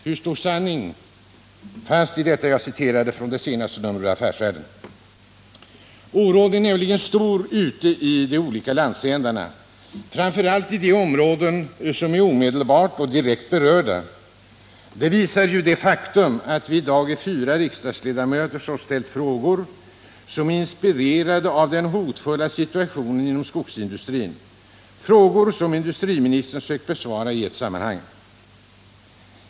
Oron är mot denna bakgrund stor ute i de olika landsändarna, framför allt i de områden som är omedelbart och direkt berörda. Det visar ju det faktum att vi i dag är fyra riksdagsledamöter som ställt frågor vilka är inspirerade av den hotfulla situationen inom skogsindustrin och vilka industriministern sökt besvara i ett sammanhang.